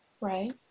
Right